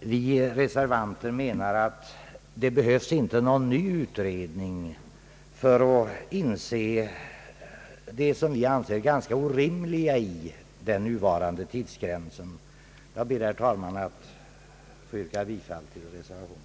Vi reservanter menar att det inte behövs någon ny utredning för att belysa det, såsom vi anser, ganska orimliga i den nuvarande tidsgränsen. Jag ber, herr talman, att få yrka bifall till reservationen.